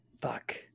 Fuck